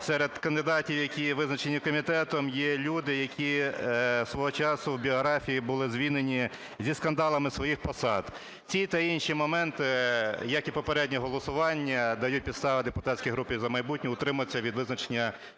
серед кандидатів, які визначені комітетом, є люди, які свого часу в біографії були звільнені зі скандалами зі своїх посад. Ці та інші моменти, як і попереднє голосування, дають підстави депутатській групі "За майбутнє" утриматись від визначення